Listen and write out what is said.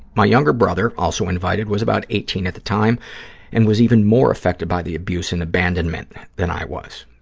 my younger brother, also invited, was about eighteen at the time and was even more affected by the abuse and abandonment than i was.